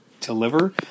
deliver